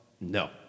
No